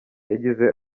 yagize